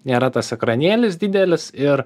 nėra tas ekranėlis didelis ir